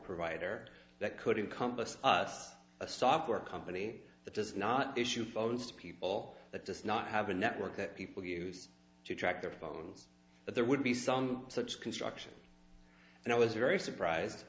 provider that could be compassed us a software company that does not issue phones to people that does not have a network that people use to track their phones but there would be sung such construction and i was very surprised